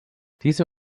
diese